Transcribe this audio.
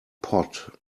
pot